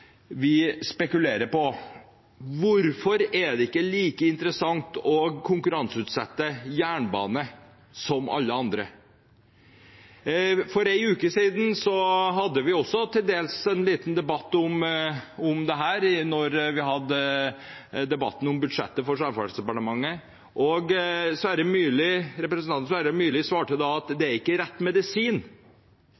vi spekulerer på. Hvorfor er det ikke like interessant å konkurranseutsette jernbane som alt annet? For en uke siden hadde vi til dels også en liten debatt om dette, da vi hadde debatten om budsjettet for Samferdselsdepartementet. Representanten Sverre Myrli svarte da at det